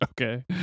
Okay